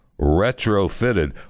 retrofitted